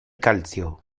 calcio